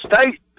state